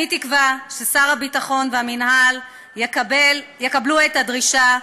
אני תקווה ששר הביטחון והמינהל יקבלו את הדרישה,